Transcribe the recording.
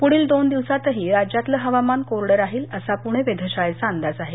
पुढील दोन दिवसातही राज्यातलं हवामान कोरडं राहील असा पुणे वेधशाळेचा अंदाज आहे